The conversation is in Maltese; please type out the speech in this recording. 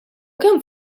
kemm